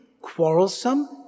quarrelsome